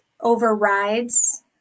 overrides